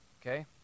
Okay